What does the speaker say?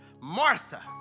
Martha